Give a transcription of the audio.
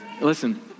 Listen